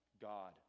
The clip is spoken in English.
God